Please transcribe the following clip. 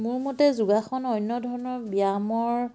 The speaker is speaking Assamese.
মোৰ মতে যোগাসন অন্য ধৰণৰ ব্যায়ামৰ